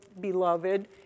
beloved